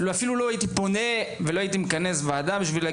אחרת לא הייתי מכנס ועדה שמטרתה היא